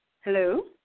Hello